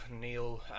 Neil